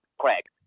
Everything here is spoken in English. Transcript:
correct